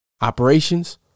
Operations